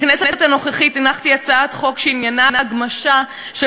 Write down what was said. בכנסת הנוכחית הנחתי הצעת חוק שעניינה הגמשה של